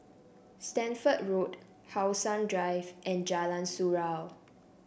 Stamford Road How Sun Drive and Jalan Surau